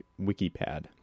Wikipad